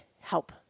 help